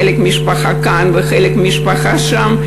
חלק מהמשפחה כאן וחלק מהמשפחה שם.